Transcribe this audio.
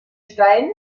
stein